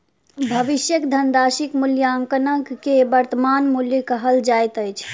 भविष्यक धनराशिक मूल्याङकन के वर्त्तमान मूल्य कहल जाइत अछि